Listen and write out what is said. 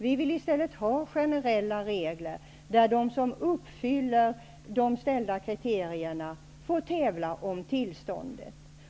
Vi vill i stället ha generella regler som innebär att de som uppfyller de ställda kriterierna får tävla om tillståndet.